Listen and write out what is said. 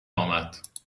آمد